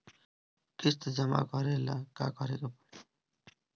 किस्त जमा करे ला का करे के होई?